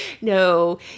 no